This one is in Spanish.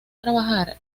trabajar